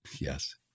Yes